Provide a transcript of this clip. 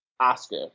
oscar